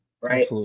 Right